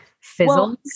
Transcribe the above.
fizzles